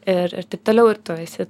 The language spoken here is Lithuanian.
ir ir taip toliau ir tu esi